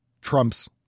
trumps